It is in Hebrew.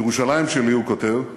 ירושלים שלי, הוא כותב,